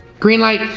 green light.